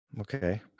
Okay